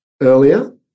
earlier